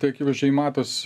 tai akivaizdžiai matos